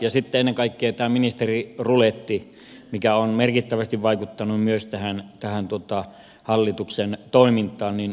sitten ennen kaikkea tämä ministeriruletti on merkittävästi vaikuttanut myös tähän hallituksen toimintaan